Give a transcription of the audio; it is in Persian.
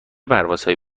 پروازهایی